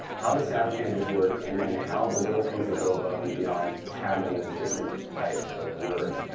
how the sound changes work, and then how the little things that go above and beyond tag them as different types of words.